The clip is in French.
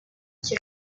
qui